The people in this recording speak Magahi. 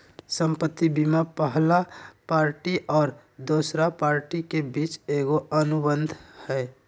संपत्ति बीमा पहला पार्टी और दोसर पार्टी के बीच एगो अनुबंध हइ